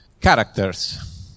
characters